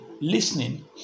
listening